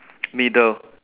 middle